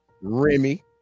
Remy